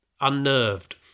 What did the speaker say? unnerved